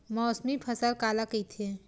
मौसमी फसल काला कइथे?